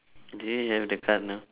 do you have the card now